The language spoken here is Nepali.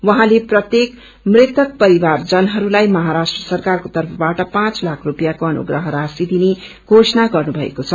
उहाँते प्रत्येक मृत्व परिवारजनहरूलाई सरकारको तर्फबाट पाँच लाख रूपियाँको अनुग्रह राशि दिने घोषणा गर्नुभएको छ